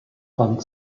rang